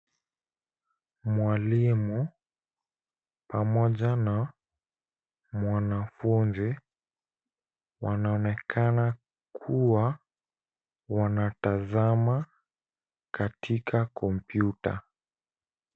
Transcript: Mwalimu pamoja na mwanafunzi wanaonekana kuwa wanatazama katika kompyuta.